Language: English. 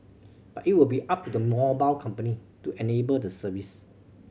but it will be up to the mobile company to enable the service